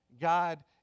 God